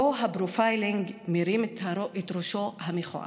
שבו הפרופיילינג מרים את ראשו המכוער.